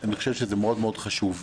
אני חושב שזה חשוב מאוד.